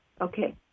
Okay